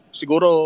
siguro